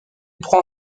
prend